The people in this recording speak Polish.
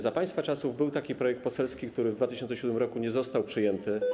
Za państwa czasów był taki projekt poselski, który w 2007 r. nie został przyjęty.